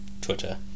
Twitter